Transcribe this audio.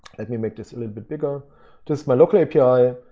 let me make this a little bit bigger just my local api.